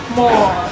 more